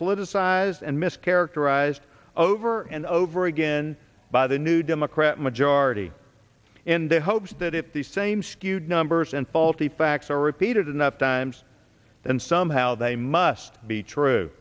politicized and mischaracterized over and over again by the new democrat majority in the hopes that if the same skewed numbers and faulty facts are repeated enough times and somehow they must be true